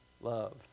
love